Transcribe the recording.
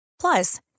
Plus